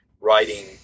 writing